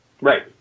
Right